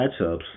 matchups